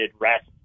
rest